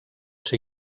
ser